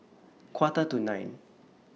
Quarter to nine